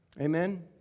Amen